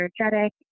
energetic